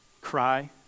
cry